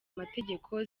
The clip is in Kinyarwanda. amategeko